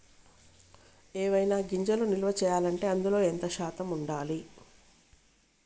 ఏవైనా గింజలు నిల్వ చేయాలంటే అందులో ఎంత శాతం ఉండాలి?